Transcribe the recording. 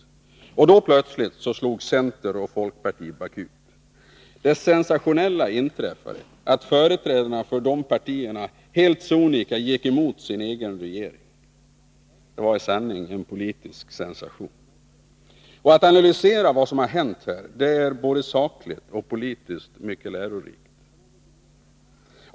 Och då plötsligt slog centern och folkpartiet bakut. Det sensationella inträffade att företrädarna för dessa partier helt sonika gick emot sin egen regering. Det var i sanning en politisk sensation. Att analysera vad som här hänt är både sakligt och politiskt mycket lärorikt.